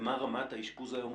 ומה רמת האשפוז היום?